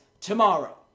tomorrow